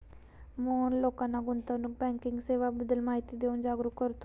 मोहन लोकांना गुंतवणूक बँकिंग सेवांबद्दल माहिती देऊन जागरुक करतो